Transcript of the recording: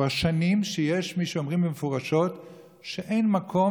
כבר שנים שיש מי שאומרים מפורשות שאין מקום